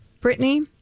Brittany